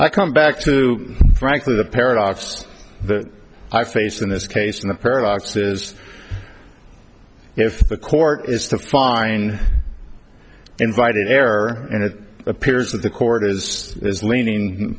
i come back to frankly the paradox the i face in this case and the paradox is if the court is to find invited error and it appears that the court is leaning